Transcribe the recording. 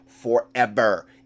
Forever